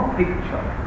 picture